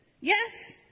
Yes